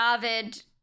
David